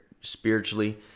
spiritually